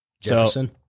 Jefferson